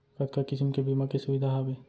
कतका किसिम के बीमा के सुविधा हावे?